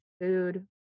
food